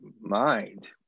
mind